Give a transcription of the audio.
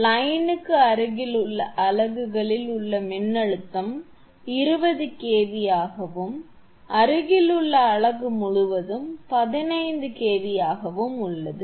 லைன்க்கு அருகில் உள்ள அலகுகளில் உள்ள மின்னழுத்தம் 20 kV ஆகவும் அருகிலுள்ள அலகு முழுவதும் 15 kV ஆகவும் உள்ளது